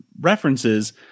References